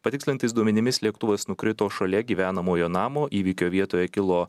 patikslintais duomenimis lėktuvas nukrito šalia gyvenamojo namo įvykio vietoje kilo